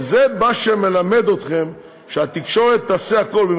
וזה מה שמלמד אתכם שהתקשורת תעשה הכול,